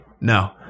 no